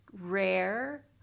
rare